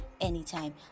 anytime